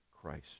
Christ